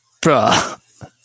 Bruh